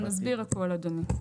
אנחנו נסביר הכל אדוני.